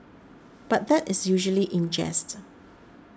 but that is usually in jest